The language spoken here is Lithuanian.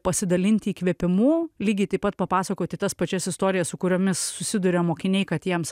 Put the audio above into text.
pasidalinti įkvėpimu lygiai taip pat papasakoti tas pačias istorijas su kuriomis susiduria mokiniai kad jiems